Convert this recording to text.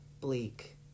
bleak